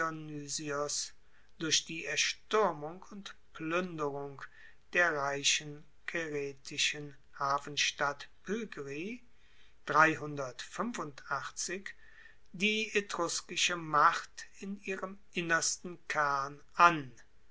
durch die erstuermung und pluenderung der reichen caeritischen hafenstadt die etruskische macht in ihrem innersten kern an